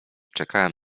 czekałem